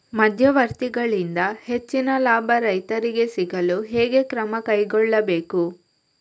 ಮಧ್ಯವರ್ತಿಗಳಿಂದ ಹೆಚ್ಚಿನ ಲಾಭ ರೈತರಿಗೆ ಸಿಗಲು ಹೇಗೆ ಕ್ರಮ ಕೈಗೊಳ್ಳಬೇಕು?